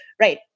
right